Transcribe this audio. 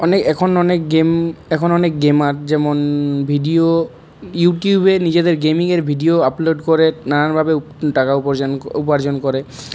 অনেক এখন অনেক গেম এখন অনেক গেমার যেমন ভিডিও ইউটিউবের নিজেদের গেমিংয়ের ভিডিও আপলোড করে নানানভাবে টাকা উপার্জন উপার্জন করে